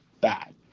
bad